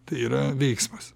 tai yra veiksmas